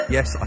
Yes